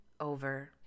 over